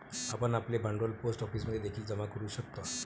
आपण आपले भांडवल पोस्ट ऑफिसमध्ये देखील जमा करू शकता